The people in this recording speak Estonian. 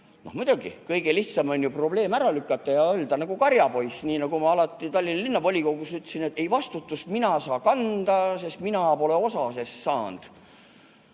Muidugi, kõige lihtsam on ju probleem eest ära lükata ja öelda nagu karjapoiss, nagu ma alati Tallinna Linnavolikogus ütlesin: "Ei vastutust mina saa kanda, sest mina pole osa sest saand."